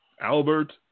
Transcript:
Albert